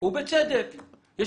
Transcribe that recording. ובצדק וזה יחזור אליכם כבומרנג.